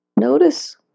notice